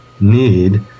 need